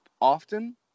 often